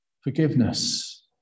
forgiveness